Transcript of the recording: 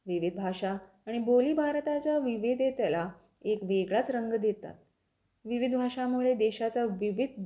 विविध भाषा आणि बोली भारताच्या विविधतेतला एक वेगळाच रंग देतात विविध भाषामुळे देशाचा विविध